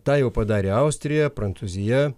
tą jau padarė austrija prancūzija